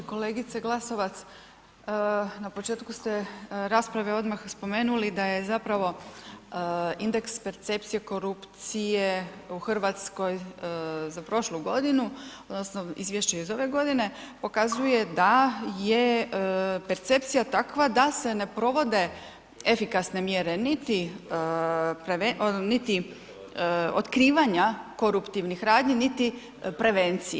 Kolegice Glasovac, na početku ste rasprave odmah spomenuli, da je zapravo indeks percepcije korupcije u Hrvatskoj za prošlu godinu odnosno izvješće iz ove godine, pokazuje da je percepcija takva da se ne provode efikasne mjere niti otkrivanja koruptivnih radnji niti prevencije.